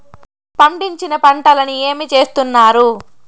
పండించిన పంటలని ఏమి చేస్తున్నారు?